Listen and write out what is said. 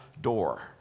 door